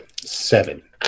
Seven